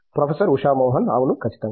professor Usha Mohan అవును ఖచ్చితంగా